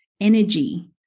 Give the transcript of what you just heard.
energy